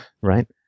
right